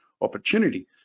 opportunity